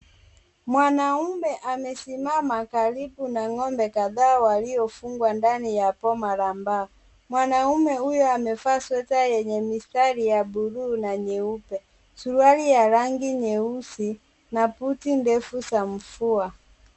Mwanaume amesimama karibu na ng'ombe kadhaa waliofungwa ndani ya boma la mbao. Mwanaume huyo amevaa sweta yenye mistari ya buluu na nyeupe, suruali ya rangi nyeusi na buti ndefu za mvua.